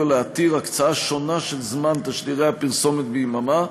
להתיר הקצאה שונה של זמן תשדירי הפרסומת ביממה,